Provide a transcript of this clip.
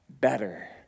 better